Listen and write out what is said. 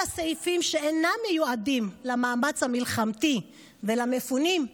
הסעיפים שאינם מיועדים למאמץ המלחמתי ולמפונים,